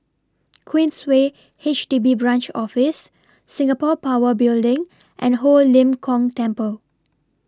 Queensway H D B Branch Office Singapore Power Building and Ho Lim Kong Temple